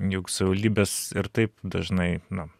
jog savivaldybės ir taip dažnai na